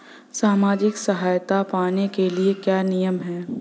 सामाजिक सहायता पाने के लिए क्या नियम हैं?